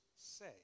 say